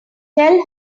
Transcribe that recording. tell